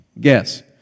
Guess